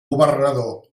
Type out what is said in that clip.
governador